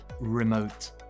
remote